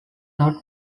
not